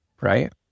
right